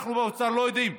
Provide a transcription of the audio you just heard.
אנחנו באוצר לא יודעים.